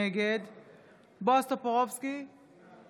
אינה נוכחת רות וסרמן לנדה, אינה